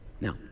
Now